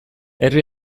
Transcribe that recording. herri